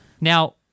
Now